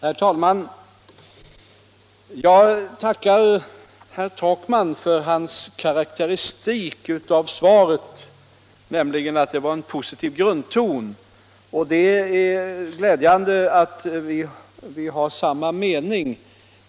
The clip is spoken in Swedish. Herr talman! Jag tackar herr Takman för hans karakteristik av svaret, nämligen att där fanns en positiv grundton. Det är glädjande att vi har samma mening.